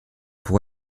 pour